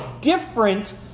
different